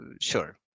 sure